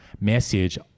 message